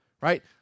right